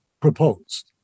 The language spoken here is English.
proposed